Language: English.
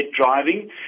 driving